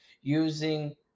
using